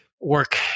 work